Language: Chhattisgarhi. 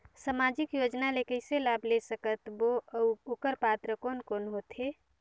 समाजिक योजना ले कइसे लाभ ले सकत बो और ओकर पात्र कोन कोन हो थे?